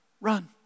Run